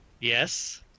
Yes